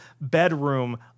bedroom